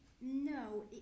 No